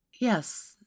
Yes